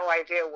idea